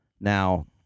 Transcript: Now